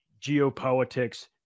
geopolitics